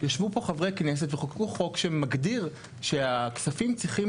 פה חברי כנסת וחוקקו חוק שמגדיר שהכספים צריכים